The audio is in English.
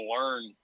learn –